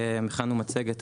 הכנו מצגת,